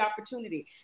opportunity